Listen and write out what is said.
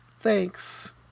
Thanks